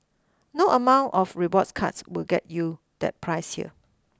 no amount of rewards cards will get you that price here